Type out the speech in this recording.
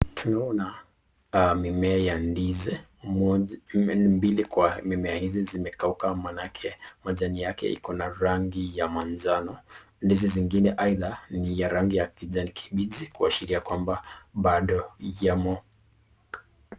Tunaona mimmea ya ndizi mbili kwa mimmea hizi zimekauka maanake majani yake iko na rangi ya manjano. Ndizi zingine aidha ni ya rangi ya kijani kibichi kuashiria kwamba bado yamo.